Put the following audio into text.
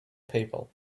people